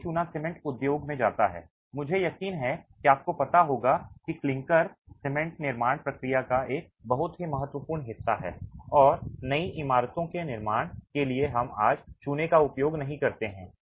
सभी चूना सीमेंट उद्योग में जाता है मुझे यकीन है कि आपको पता होगा कि क्लिंकर सीमेंट निर्माण प्रक्रिया का एक बहुत ही महत्वपूर्ण हिस्सा है और नई इमारतों के निर्माण के लिए हम आज चूने का उपयोग नहीं करते हैं